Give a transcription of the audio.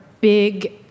big